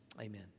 Amen